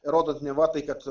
rodant neva tai kad